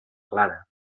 clara